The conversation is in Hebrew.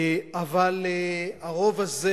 אבל הרוב הזה,